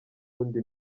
wundi